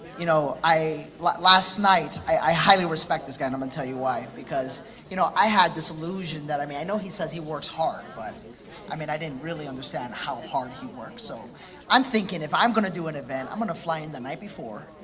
you know like last night, i highly respect this guy, and i'm gonna and tell you why, because you know i had this illusion that, i mean i know he says he works hard, but i mean i didn't really understand how hard he works, so i'm thinking if i'm gonna do an event, i'm gonna fly in the night before,